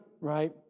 Right